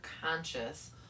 conscious